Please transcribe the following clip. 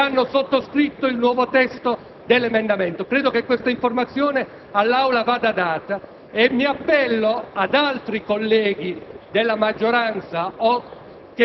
Non solo credo di dover dire che stiamo correndo il rischio di mettere in gioco il prestigio internazionale del nostro Paese, ma soprattutto vorrei ringraziare alcuni colleghi